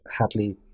Hadley